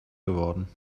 geworden